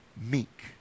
meek